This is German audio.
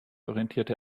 orientierte